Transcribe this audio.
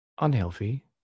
unhealthy